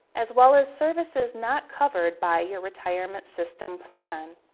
as well as services not covered by your retirement system plan.